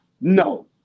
No